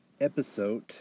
episode